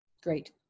Great